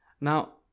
Now